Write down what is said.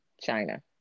china